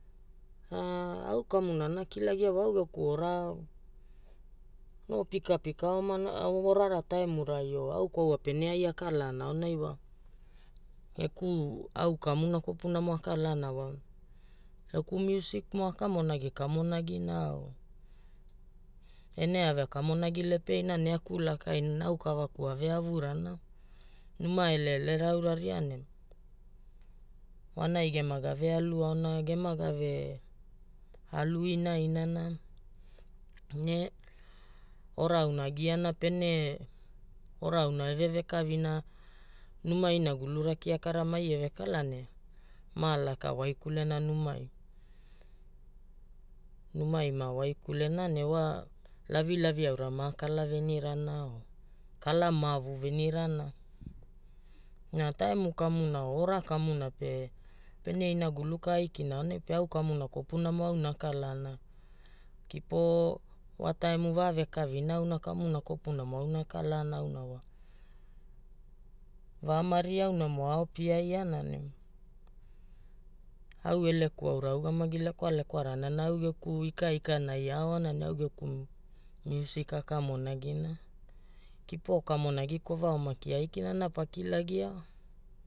Aau kamuna ana kilagia wa au geku ora no pikapika omana orara taimurai o au kwaua pene ai akalaana aonai wa geku au kamuna kopunamo akalaana wa geku musik mo akamonagi kamonagina o pene ave kamonagi lepeina ne akulakaina aukavaku ave avurana, numa eleelera auraria ne wanai gema gavealuaona, gema gave alu inainana. Ne ora auna agiaana, pene ora auna eve vekavina numa inagulura kiakara maie vekala ne ma laka waikulena numai numai ma waikulena. Ne wa lavilavi aura makala venirana o kalamavu venirana. Na taimu kamuna o ora kamuna pe pene inagulu ka aikina aonai pe au kamuna kopunamo auna akalaana kipo wa taimu va vekavina auna kamuna kopunamo auna akalaana auna wa vamari aunamo aaopiaiana ne au eleku aura augamagi lekwalekwarana na au geku ikaikanai aaoana ne au geku musik akamonagina. Kipo kamonagi kovao maki aikina na pakilagia wa